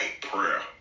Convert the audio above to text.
prayer